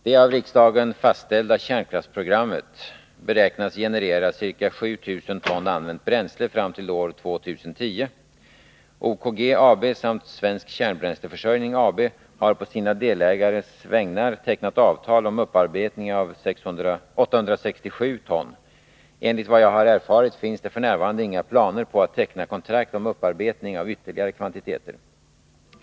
Det av riksdagen fastställda kärnkraftsprogrammet beräknas generera ca 7000 ton använt bränsle fram till år 2010. OKG AB samt Svensk Kärnbränsleförsörjning AB har på sina delägares vägnar tecknat avtal om upparbetning av 867 ton. Enligt vad jag har erfarit finns det f. n. inga planer på att teckna kontrakt om upparbetning av ytterligare kvantiteter.